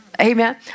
Amen